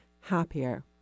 happier